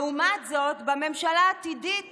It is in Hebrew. לעומת זאת בממשלה העתידית